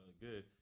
good